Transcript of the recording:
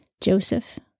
Joseph